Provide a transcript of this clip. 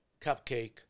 cupcake